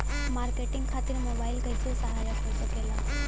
Marketing खातिर mobile कइसे सहायक हो सकेला?